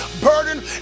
burden